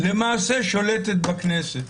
למעשה שולטת בכנסת.